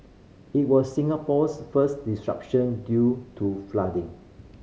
it was Singapore's first disruption due to flooding